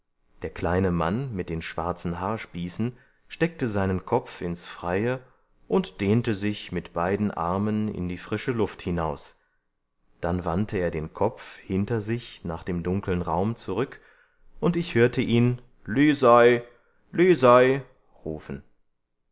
der kleine mann mit den schwarzen haarspießen steckte seinen kopf ins freie und dehnte sich mit beiden armen in die frische luft hinaus dann wandte er den kopf hinter sich nach dem dunkeln raum zurück und ich hörte ihn lisei lisei rufen